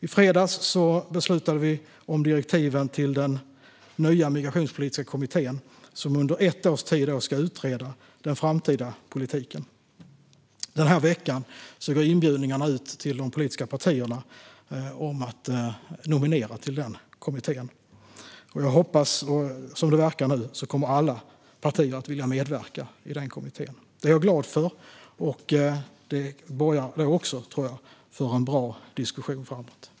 I fredags beslutade vi om direktiven till den nya migrationspolitiska kommittén, som under ett års tid ska utreda den framtida politiken. Den här veckan går inbjudningarna ut till de politiska partierna om att nominera till kommittén. Jag hoppas, vilket det verkar som nu, att alla partier kommer att vilja medverka i kommittén. Det är jag glad för, och jag tror att det borgar för en bra diskussion framåt.